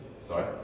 Sorry